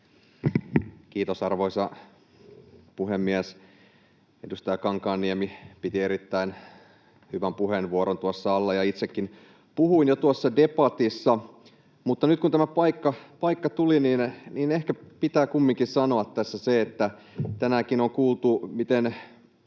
Kiitos, arvoisa puhemies! Edustaja Kankaanniemi piti erittäin hyvän puheenvuoron tuossa alle, ja itsekin puhuin jo debatissa, mutta nyt kun tämä paikka tuli, niin ehkä pitää kumminkin sanoa tässä, että tänäänkin on kuultu, miten